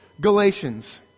Galatians